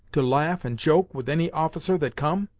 to laugh and joke with any officer that come.